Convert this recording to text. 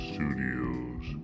Studios